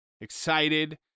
excited